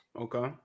Okay